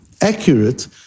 accurate